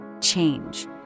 Change